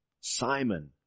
Simon